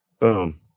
Boom